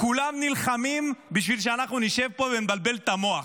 כולם נלחמים בשביל שאנחנו נשב פה ונבלבל את המוח.